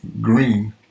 Green